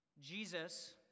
Jesus